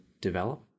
develop